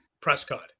Prescott